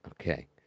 Okay